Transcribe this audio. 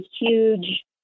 huge